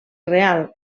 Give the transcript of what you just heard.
real